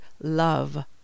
love